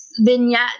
vignette